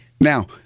Now